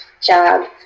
job